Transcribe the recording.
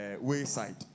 wayside